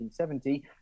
1970